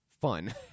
fun